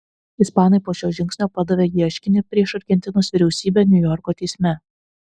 ispanai po šio žingsnio padavė ieškinį prieš argentinos vyriausybę niujorko teisme